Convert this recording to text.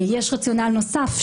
יש רציונל נוסף,